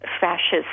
fascist